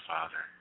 Father